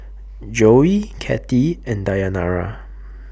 Joey Kathie and Dayanara